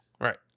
Right